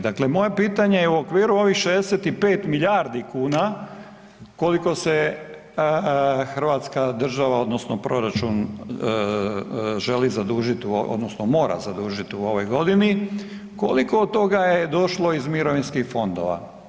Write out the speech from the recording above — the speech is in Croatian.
Dakle moje pitanje je u okviru 65 milijardi kuna koliko se Hrvatska država odnosno proračun želi zadužiti odnosno mora zadužiti u ovoj godini, koliko od toga je došlo iz mirovinskih fondova?